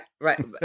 right